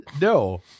No